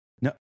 No